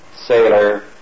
sailor